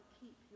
keep